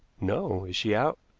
no. is she out?